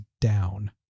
down